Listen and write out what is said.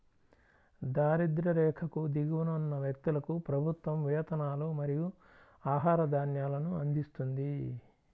దారిద్య్ర రేఖకు దిగువన ఉన్న వ్యక్తులకు ప్రభుత్వం వేతనాలు మరియు ఆహార ధాన్యాలను అందిస్తుంది